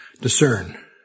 discern